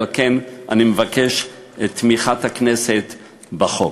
ועל כן אני מבקש את תמיכת הכנסת בחוק.